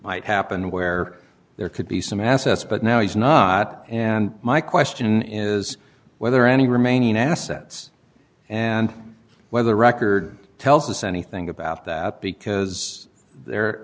might happen where there could be some assets but now is not and my question is whether any remaining assets and whether record tells us anything about that because